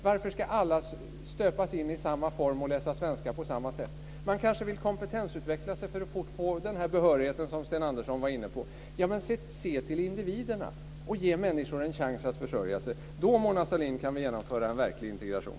Varför ska alla stöpas in i samma form och läsa svenska på samma sätt? Man kanske vill kompetensutveckla sig för att få den här behörigheten som Sten Andersson var inne på. Se till individerna och ge människorna en chans att försörja sig. Då, Mona Sahlin, kan vi genomföra en verklig integration.